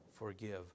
forgive